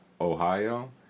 Ohio